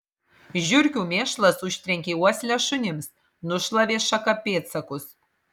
žiurkių mėšlas užtrenkė uoslę šunims nušlavė šaka pėdsakus